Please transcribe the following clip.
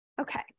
Okay